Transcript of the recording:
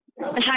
Hi